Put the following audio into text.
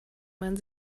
man